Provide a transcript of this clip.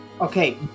Okay